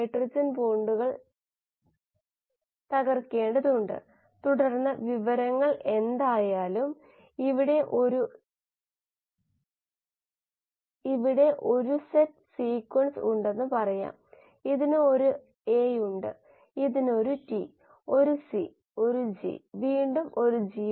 logistic സമവാക്യം മറ്റൊരു മോഡലിലേക്ക് നമ്മൾ നോക്കി തുടർന്ന് കൂടുതൽ സങ്കീർണ്ണമായ മോഡലുകൾ ലഭ്യമാണെന്ന് നമ്മൾ പറഞ്ഞു ഈ വിപുലമായ ലെവൽ പഠനത്തിൽ താൽപ്പര്യമുള്ള ആളുകൾക്ക് വേണ്ടി